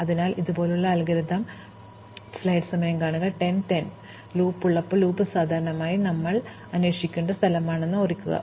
അതിനാൽ ഇതുപോലുള്ള ഒരു അൽഗോരിതം സമയം കാണുക 1010 കാണുക ലൂപ്പ് ഉള്ളപ്പോൾ ലൂപ്പ് സാധാരണയായി നമ്മൾ അന്വേഷിക്കേണ്ട സ്ഥലമാണെന്ന് ഓർമ്മിക്കുക